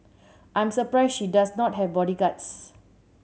I'm surprised she does not have bodyguards